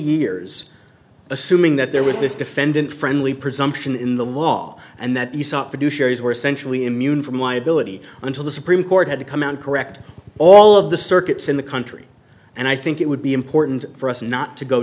years assuming that there was this defendant friendly presumption in the law and that you saw were essentially immune from liability until the supreme court had to come out correct all of the circuits in the country and i think it would be important for us not to go